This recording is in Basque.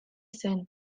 zen